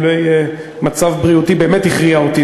לולא מצב בריאותי שבאמת הכריע אותי,